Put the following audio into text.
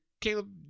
Caleb